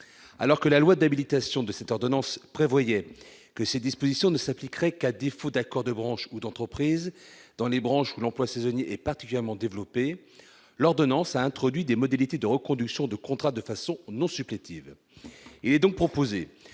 Alors que la loi d'habilitation à l'origine de cette ordonnance prévoyait que ses dispositions ne s'appliqueraient qu'à défaut d'accord de branche ou d'entreprise, dans les branches où l'emploi saisonnier est particulièrement développé, l'ordonnance a introduit des modalités de reconduction de contrat de façon non supplétive.